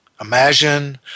imagine